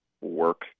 work